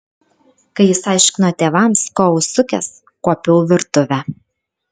kai jis aiškino tėvams ko užsukęs kuopiau virtuvę